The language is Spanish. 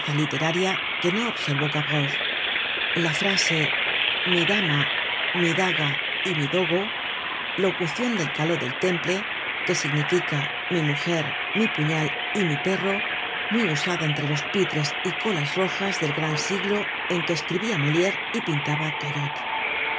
literaria que no observó gavroche la frase mi dama mi daga y mi dogo locucion del caló del temple que significa mi mujer mi pu ñal y mi perro muy usada entre los pitres y colas rojas del gran siglo en que escribia moliere y pintaba callot